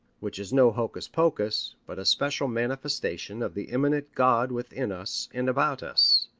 which is no hocus-pocus, but a special manifestation of the immanent god within us and about us.